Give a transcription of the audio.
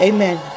Amen